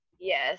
Yes